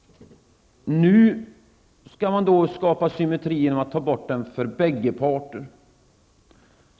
Nu skall man skapa symmetri genom att ta bort den för bägge parter.